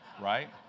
right